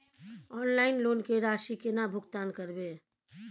Online loan के राशि केना भुगतान करबे?